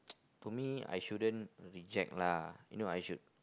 to me I shouldn't reject lah you know I should